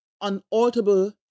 unalterable